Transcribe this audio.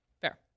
Fair